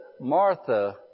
Martha